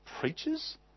preachers